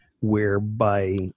whereby